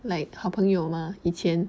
like 好朋友吗以前